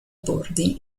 bordi